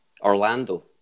Orlando